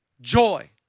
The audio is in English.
joy